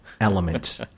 element